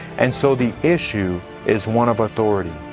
and so the issue is one of authority.